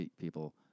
people